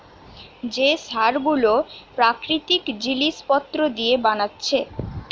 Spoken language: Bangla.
যে সার গুলো প্রাকৃতিক জিলিস পত্র দিয়ে বানাচ্ছে